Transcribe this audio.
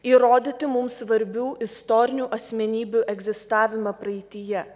įrodyti mums svarbių istorinių asmenybių egzistavimą praeityje